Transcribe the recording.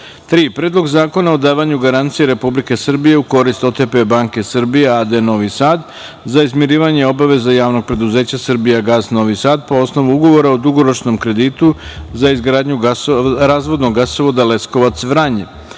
je Predlog zakona o davanju garancija Republike Srbije u korist OTP Banke Srbija a.d. Novi Sad za izmirivanje obaveza JP Srbijagas Novi Sad po osnovu Ugovora o dugoročnom kreditu za izgradnju razvodnog gasovoda Leskovac-Vranje.